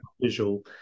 visual